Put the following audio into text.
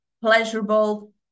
pleasurable